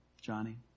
Johnny